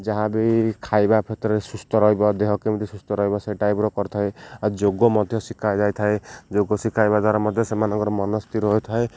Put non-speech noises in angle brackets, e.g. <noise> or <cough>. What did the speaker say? ଯାହା ବି ଖାଇବା <unintelligible> ସୁସ୍ଥ ରହିବ ଦେହ କେମିତି ସୁସ୍ଥ ରହିବ ସେ ଟାଇପ୍ର କରିଥାଏ ଆଉ ଯୋଗ ମଧ୍ୟ ଶିଖାଯାଇଥାଏ ଯୋଗ ଶିଖାଇବା ଦ୍ୱାରା ମଧ୍ୟ ସେମାନଙ୍କର ମନ ସ୍ଥିର ହୋଇଥାଏ